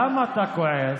למה אתה כועס